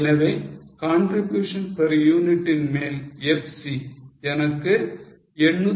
எனவே contribution per unit ன் மேல் FC எனக்கு 804